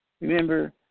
Remember